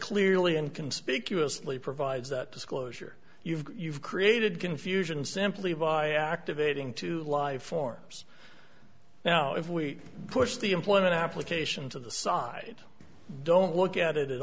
clearly in conspicuously provides that disclosure you've created confusion simply by activating two life forms now if we push the employment application to the side don't look at it at